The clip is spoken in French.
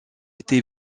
été